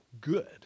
good